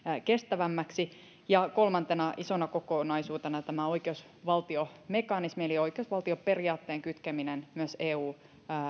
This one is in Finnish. kestävämmäksi ja kolmantena isona kokonaisuutena tämä oikeusvaltiomekanismi eli oikeusvaltioperiaatteen kytkeminen myös eu